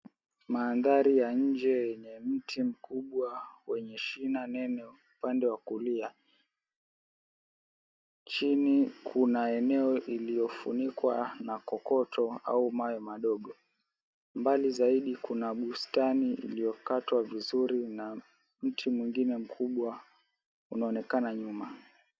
Mandhari ya nje yenye mti mkubwa wenye shina nene upande wa kulia. Chini kuna eneo iliofunikwa na kokoto au mawe madogo. Mbali zaidi kuna bustani iliokatwa vizuri na mti mwingine mkubwa unaonekana nyuma.